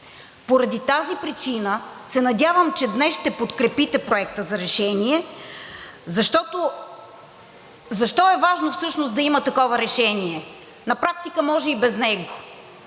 Поради тази причина се надявам, че днес ще подкрепите Проекта за решение, защото… Защо е важно всъщност да има такова решение? На практика може и без него.